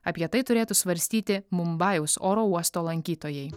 apie tai turėtų svarstyti mumbajaus oro uosto lankytojai